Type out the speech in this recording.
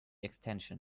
extension